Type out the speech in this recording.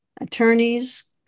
Attorneys